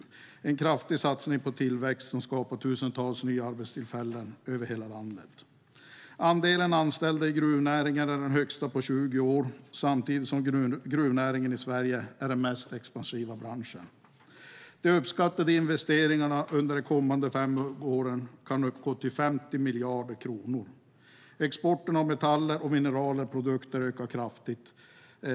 Det är en kraftig satsning på tillväxt som skapar tusentals nya arbetstillfällen över hela landet. Andelen anställda i gruvnäringen är den största på 20 år samtidigt som gruvnäringen är Sveriges mest expansiva bransch. De uppskattade investeringarna under de kommande fem åren kan uppgå till 50 miljarder kronor. Exporten av metaller och mineralprodukter ökar kraftigt.